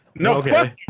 No